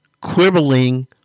quibbling